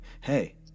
hey